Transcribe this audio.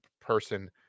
person